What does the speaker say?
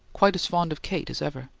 quite as fond of kate as ever.